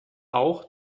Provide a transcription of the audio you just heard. auch